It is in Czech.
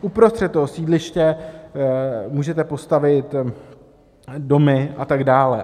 Uprostřed toho sídliště můžete postavit domy a tak dále.